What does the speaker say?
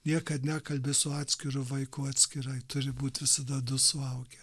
niekad nekalbi su atskiru vaiku atskirai turi būt visada du suaugę